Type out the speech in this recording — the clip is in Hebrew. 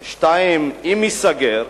2. אם ייסגר,